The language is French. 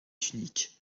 unique